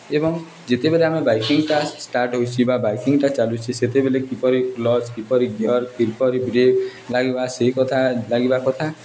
ଏବଂ ଯେତେବେଳେ ଆମେ ବାଇକିଂଟା ଷ୍ଟାର୍ଟ୍ ହେଉଛି ବା ବାଇକିଂଟା ଚାଲୁଛି ସେତେବେଳେ କିପରି କ୍ଲଚ୍ ଗିଅରି କିପରି ବ୍ରେକ୍ ଲାଗିବା ସେହି କଥା ଲାଗିବା କଥା